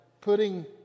putting